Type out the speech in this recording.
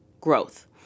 growth